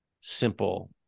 simple